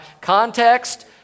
context